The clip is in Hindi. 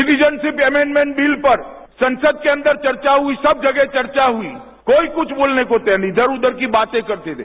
सिटीजनशिप अमेडमेंट विल पर संसद के अंदर चर्चा हुई सब जगह चर्चा हुई कोई कुछ बोलने को तैयार नहीं था इधर उधर की बातें करते रहें